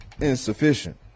insufficient